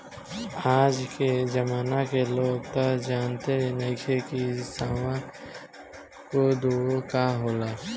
आज के जमाना के लोग तअ जानते नइखे की सावा कोदो का हवे